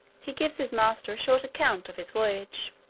he gives his master a short account of his voyage.